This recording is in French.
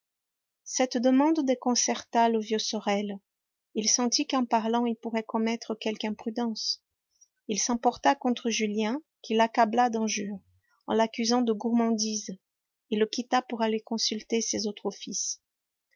cette demande déconcerta le vieux sorel il sentit qu'en parlant il pourrait commettre quelque imprudence il s'emporta contre julien qu'il accabla d'injures en l'accusant de gourmandise et le quitta pour aller consulter ses autres fils